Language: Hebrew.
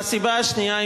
והסיבה השנייה?